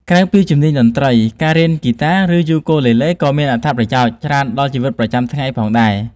ក្រៅពីជំនាញតន្ត្រី ការរៀនលេងហ្គីតា ឬ យូគូលេលេ ក៏មានអត្ថប្រយោជន៍ច្រើនដល់ជីវិតប្រចាំថ្ងៃផងដែរ។